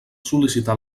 sol·licitar